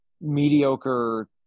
mediocre